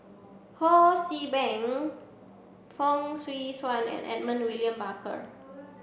Ho See Beng Fong Swee Suan and Edmund William Barker